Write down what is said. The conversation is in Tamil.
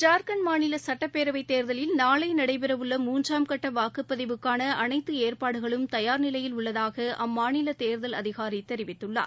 ஜார்கண்ட் மாநில சட்டப்பேரவை தேர்தலில் நாளை நடைபெறவுள்ள மூன்றாம் கட்ட வாக்குப்பதிவுக்கான அனைத்து ஏற்பாடுகளும் தயார் நிலையில் உள்ளதாக அம்மாநில தேர்தல் அதிகாரி தெரிவித்துள்ளார்